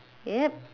yup